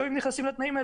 אם נכנסים לפרטים,